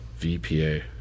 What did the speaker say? VPA